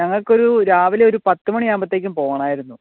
ഞങ്ങൾക്കൊരു രാവിലെയൊരു പത്ത് മണിയാകുമ്പോഴത്തേക്കും പോവണമായിരുന്നു